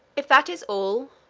if that is all,